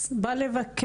ואני פונה